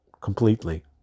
completely